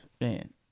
man